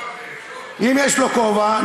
אם יש לו כובע,